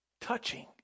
touching